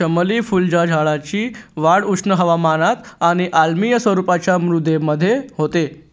चमेली फुलझाडाची वाढ उष्ण हवामानात आणि आम्लीय स्वरूपाच्या मृदेमध्ये होते